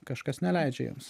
kažkas neleidžia jiems